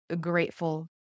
grateful